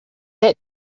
that